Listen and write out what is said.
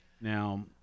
Now